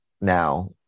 now